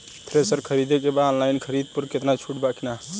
Thresher खरीदे के बा ऑनलाइन खरीद पर कुछ छूट बा कि न?